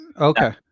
Okay